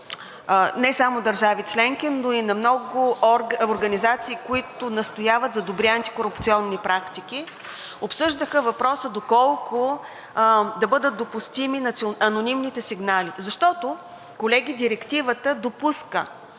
не само държави членки, но и на много организации, които настояват за добри антикорупционни практики, обсъждаха въпроса доколко да бъдат допустими анонимните сигнали. Защото, колеги, Директивата допуска